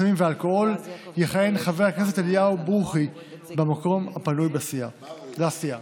הסמים והאלכוהול יכהן חבר הכנסת אליהו ברוכי במקום הפנוי לסיעה.